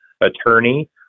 attorney